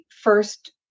first